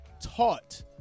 taught